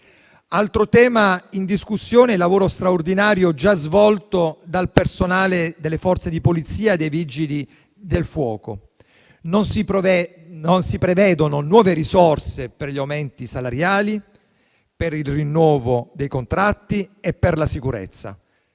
Altro tema in discussione è il lavoro straordinario già svolto dal personale delle Forze di polizia e dei Vigili del fuoco. Non si prevedono nuove risorse per gli aumenti salariali, per il rinnovo dei contratti e per la sicurezza.